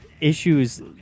issues